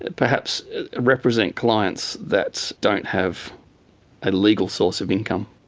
perhaps represent clients that don't have a legal source of income.